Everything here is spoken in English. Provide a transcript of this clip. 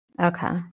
Okay